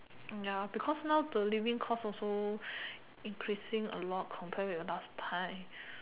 uh ya because now the living cost also increasing a lot compare with last time